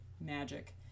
magic